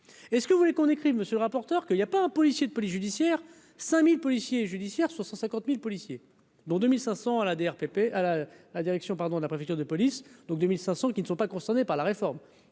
est ce que vous voulez qu'on écrive, monsieur le rapporteur, que, il y a pas un policier de police judiciaire 5000 policiers et judiciaires sur 150000 policiers. Dont 2500 à la RPP ah la la, direction, pardon, de la préfecture de police, donc 2500 qui ne sont pas concernés par la réforme